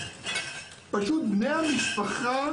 בני המשפחה